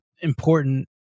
important